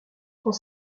prend